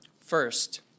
First